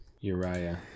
Uriah